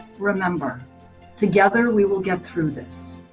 remember together we will get through this.